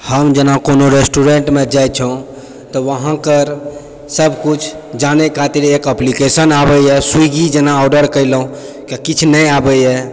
हम जेना कोनो रेस्टरेन्टमे जाइ छौँ तऽ वहाँके सब कुछ जानै खातिर एक एप्लिकेशन आबैए स्विग्गी जेना ऑडर केलहुँ किछु नहि आबैए